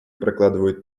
прокладывают